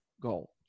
goal